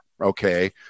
okay